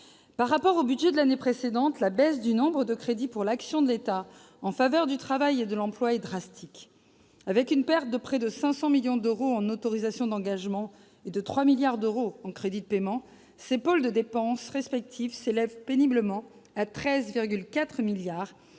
Par rapport au budget de l'année précédente, la baisse des crédits consacrés à l'action de l'État en faveur du travail et de l'emploi est drastique : perdant 500 millions d'euros en autorisations d'engagement et 3 milliards d'euros en crédits de paiement, ces pôles de dépenses respectifs s'élèvent péniblement à 13,4 milliards